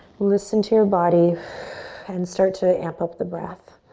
listen to your body and start to amp up the breath.